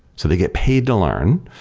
so they get paid to learn.